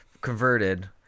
converted